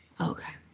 okay